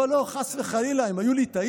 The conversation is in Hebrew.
לא, לא, חס וחלילה, הם היו ליטאים.